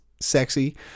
sexy